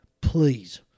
Please